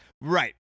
right